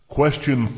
Question